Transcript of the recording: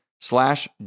slash